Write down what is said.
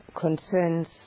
concerns